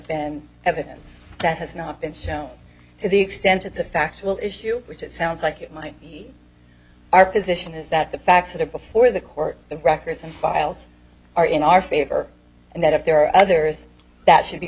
been evidence that has not been shown to the extent it's a factual issue which it sounds like it might be our position is that the facts that are before the court the records and files are in our favor and that if there are others that should be